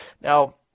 Now